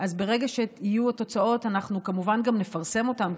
ברגע שיהיו התוצאות אנחנו כמובן גם נפרסם אותן,